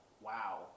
wow